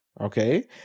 okay